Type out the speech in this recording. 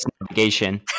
navigation